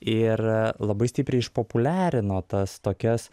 ir labai stipriai išpopuliarino tas tokias